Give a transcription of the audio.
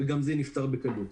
וגם זה נפתר בקלות.